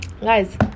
guys